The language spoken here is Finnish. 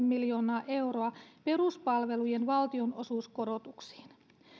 miljoonaa euroa peruspalvelujen valtionosuuskorotuksiin